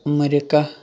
America